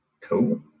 Cool